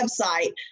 website